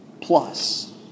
plus